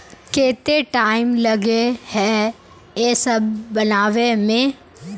केते टाइम लगे है ये सब बनावे में?